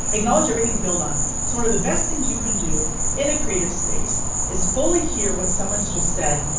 acknowledge everything. build on it so one of the best things you can do in a creative space is fully here. what someone's just said.